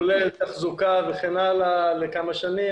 כולל תחזוקה וכן הלאה לכמה שנים,